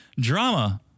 drama